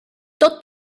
tot